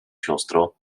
siostro